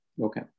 Okay